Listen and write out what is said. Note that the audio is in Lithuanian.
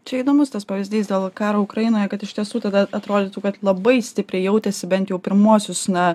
čia įdomus tas pavyzdys dėl karo ukrainoje kad iš tiesų tada atrodytų kad labai stipriai jautėsi bent jau pirmuosius na